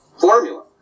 formula